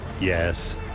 Yes